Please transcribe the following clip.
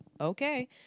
okay